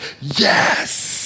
yes